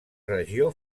regió